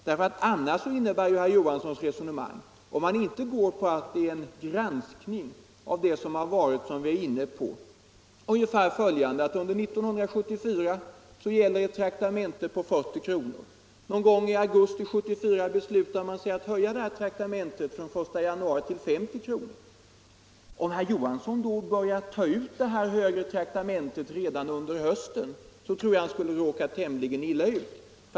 Om herr Johansson i Trollhättan inte går med på att det är en granskning av det som har varit som vi nu diskuterar är herr Johanssons resonemang ungefär en parallell till följande: Under 1974 gäller ett traktamente på 40 kr. Någon gång i augusti 1974 beslutar man sig för att höja detta traktamente till 50 kr. från den 1 januari 1975. Om herr Johansson då börjar ta ut det högre traktamentet redan under hösten tror jag han råkar illa ut.